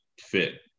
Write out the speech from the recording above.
fit